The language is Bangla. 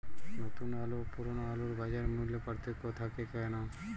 নতুন আলু ও পুরনো আলুর বাজার মূল্যে পার্থক্য থাকে কেন?